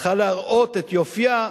צריכה להראות את יופיה,